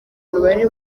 bari